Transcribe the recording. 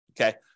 okay